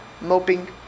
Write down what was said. moping